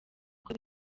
uko